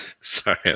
Sorry